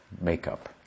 makeup